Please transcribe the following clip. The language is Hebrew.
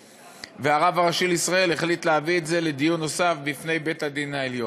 הרב הראשי לישראל החליט להביא את זה לדיון נוסף בפני בית-הדין הגדול.